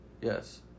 Yes